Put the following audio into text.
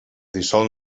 dissol